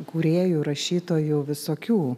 kūrėjų rašytojų visokių